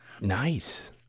Nice